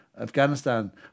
Afghanistan